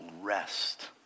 rest